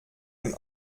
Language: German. dem